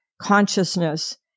consciousness